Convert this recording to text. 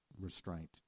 restraint